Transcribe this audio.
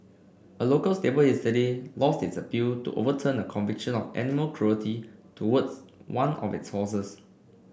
a local stable yesterday lost its appeal to overturn a conviction of animal cruelty towards one of its horses